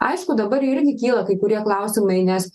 aišku dabar irgi kyla kai kurie klausimai nes